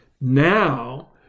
Now